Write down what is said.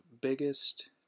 biggest